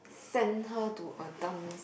send her to a dance